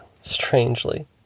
strangely